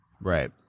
Right